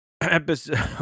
episode